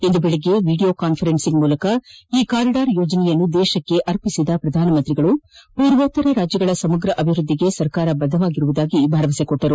ಇಂದು ಬೆಳಗ್ಗೆ video conferencing ಮೂಲಕ ಈ ಕಾರಿಡಾರ್ ಯೋಜನೆಯನ್ನು ದೇಶಕ್ಕೆ ಸಮರ್ಪಿಸಿದ ಪ್ರಧಾನ ಮಂತ್ರಿಗಳು ಪೂರ್ವೂತ್ತರ ರಾಜ್ಯಗಳ ಸಮಗ್ರ ಅಭಿವೃದ್ದಿಗೆ ಸರ್ಕಾರ ಬದ್ದವಾಗಿರುವುದಾಗಿ ಭರವಸೆ ನೀಡಿದರು